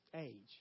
age